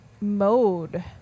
mode